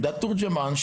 עמדת תורג׳מן,